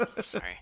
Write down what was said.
Sorry